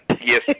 Yes